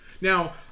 Now